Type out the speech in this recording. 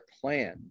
plan